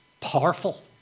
powerful